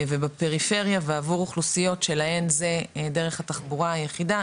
ובפריפריה ועבור אוכלוסיות שלהן זו דרך התחבורה היחידה,